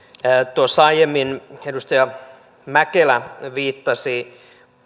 tuossa aiemmin edustaja mäkelä viittasi